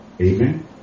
Amen